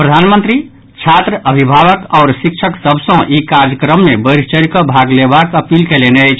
प्रधानमंत्री छात्र अभिभावक आओर शिक्षक सभ सँ ई कार्यक्रम मे बढ़िचढ़ि कऽ भाग लेबाक अपील कयलनि अछि